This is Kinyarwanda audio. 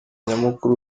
nyamukuru